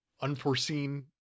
unforeseen